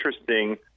interesting